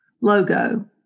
logo